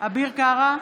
אביר קארה,